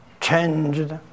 changed